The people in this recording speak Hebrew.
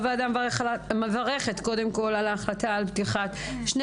הוועדה מברכת על ההחלטה על פתיחת שני